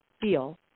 feel